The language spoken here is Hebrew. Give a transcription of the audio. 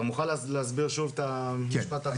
אתה מוכן להסביר שוב את המשפט האחרון?